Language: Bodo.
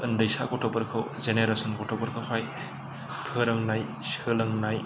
उन्दैसा गथ'फोरखौ जेनेरेसन गथ'फोरखौहाय फोरोंनाय सोलोंनायाव